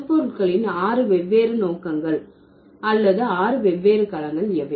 சொற்பொருள்களின் ஆறு வெவ்வேறு நோக்கங்கள் அல்லது ஆறு வெவ்வேறு களங்கள் எவை